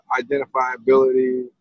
identifiability